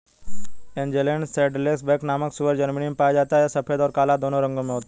Angeln saddleback नामक सूअर Germany में पाया जाता है यह सफेद और काला दो रंगों में होता है